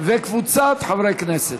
וקבוצת חברי הכנסת.